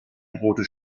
drohte